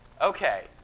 Okay